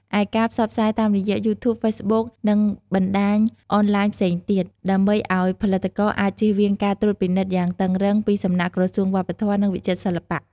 ឯការផ្សព្វផ្សាយតាមរយៈ យូធូប ហ្វេសប៊ុក និងបណ្ដាញអនឡាញផ្សេងទៀត ដើម្បីឲ្យផលិតករអាចជៀសវាងការត្រួតពិនិត្យយ៉ាងតឹងរឹងពីសំណាក់ក្រសួងវប្បធម៌ និងវិចិត្រសិល្បៈ។